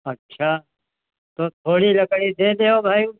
अच्छा तो थोड़ी लकड़ी दे दो भाई